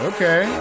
Okay